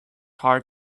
hard